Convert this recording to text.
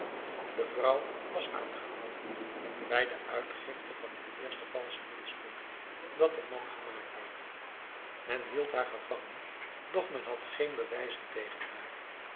de vrouw was aangehouden bij de uitgifte van het eerste valsche muntstuk dat de man gemaakt had men hield haar gevangen doch men had geen bewijzen tegen haar